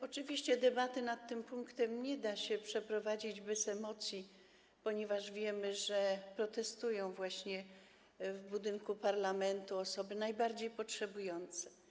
Oczywiście debaty nad tym punktem nie da się przeprowadzić bez emocji, ponieważ wiemy, że właśnie w budynku parlamentu protestują osoby najbardziej potrzebujące.